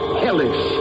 hellish